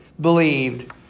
believed